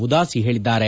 ಉದಾಸಿ ಹೇಳಿದ್ದಾರೆ